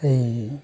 এই